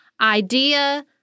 idea